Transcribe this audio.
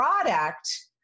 product